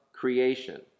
creation